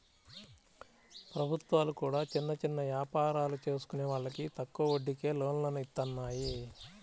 ప్రభుత్వాలు కూడా చిన్న చిన్న యాపారాలు చేసుకునే వాళ్లకి తక్కువ వడ్డీకే లోన్లను ఇత్తన్నాయి